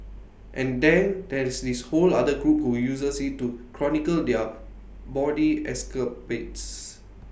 and then there's this whole other group who uses IT to chronicle their bawdy escapades